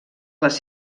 les